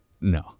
No